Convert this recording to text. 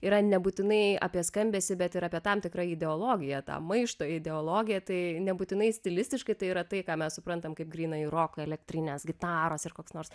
yra nebūtinai apie skambesį bet ir apie tam tikrą ideologiją tą maišto ideologiją tai nebūtinai stilistiškai tai yra tai ką mes suprantam kaip grynąjį roką elektrinės gitaros ir koks nors